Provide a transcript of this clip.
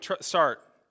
start